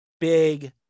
big